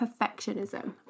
Perfectionism